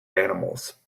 animals